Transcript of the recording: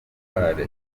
amagare